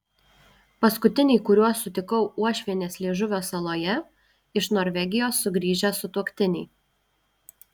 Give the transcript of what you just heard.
paskutiniai kuriuos sutikau uošvienės liežuvio saloje iš norvegijos sugrįžę sutuoktiniai